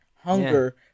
hunger